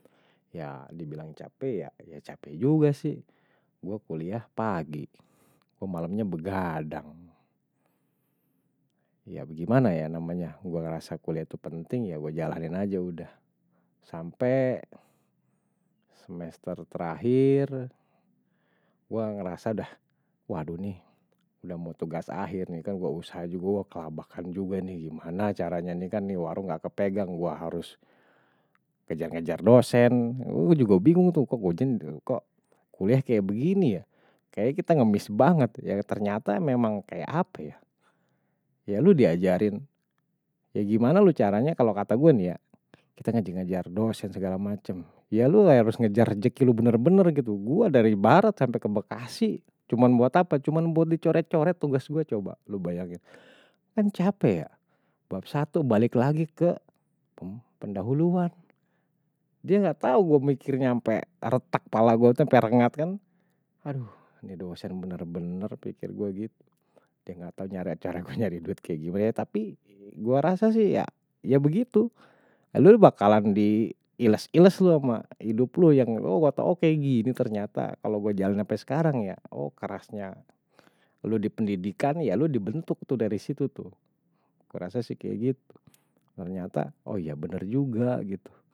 Ya dibilang capek, ya capek juga sih, gue kuliah pagi, gue malemnya bergadang. Ya gimana ya namanya, gue ngerasa kuliah itu penting, ya gue jalanin aja udah. Sampe semester terakhir, gue ngerasa dah, waduh nih, udah mau tugas akhir nih, kan gue usaha juga, gue kelabakan juga nih. Gimana caranya nih kan, warung gak kepegang, gue harus kejar-kejar dosen. Gue juga bingung tuh kok, kok kuliah kayak begini ya, kayaknya kita ngemis banget, ya ternyata memang kayak apa ya. Ya lu diajarin, ya gimana lu caranya, kalau kata gue nih ya, kita ngaji-ngajar dosen segala macem. Ya lu gak harus ngejar rejeki lu bener-bener gitu, gue dari barat sampai ke bekasi, cuman buat apa cuman buat dicoret-coret tugas gue coba, lu bayangin, kan capek ya, bab satu balik lagi ke pendahuluan. Dia gak tahu gue mikirnya sampe retak kepala gue, sampai rengat kan, aduh ini dosen bener-bener, pikir gue gitu. Dia gak tahu cara gue cari duit kayak gimane, tapi gue rasa sih ya begitu. Ya lu bakalan di iles iles lu sama hidup lu yang, oh gue tau kayak gini ternyata, kalau gue jalanin sampai sekarang ya, oh kerasnya. Lu dipendidikan, ya lu dibentuk tuh dari situ tuh, gue rasa sih kayak gitu, ternyata, oh iya bener juga gitu.